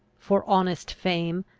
for honest fame,